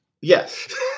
Yes